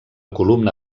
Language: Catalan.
columna